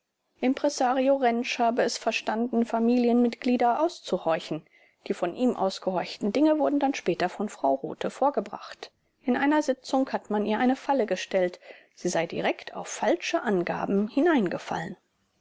impresario jentsch habe es verstanden familienmitglieder auszuhorchen die von ihm ausgehorchten dinge wurden dann später von frau rothe vorgebracht in einer sitzung habe man ihr eine falle gestellt sie sei direkt auf falsche angaben hineingefallen